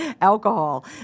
alcohol